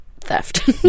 theft